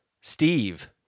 Steve